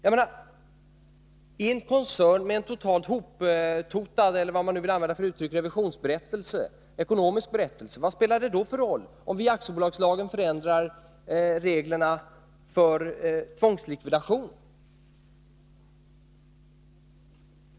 Om en koncern har en totalt hoptotad, eller vad man nu vill använda för uttryck, revisionsberättelse eller ekonomisk berättelse, vad spelar det då för roll om vi förändrar reglerna i aktiebolagslagen för tvångslikvidation?